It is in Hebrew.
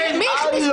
הלו?